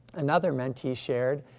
another mentee shared,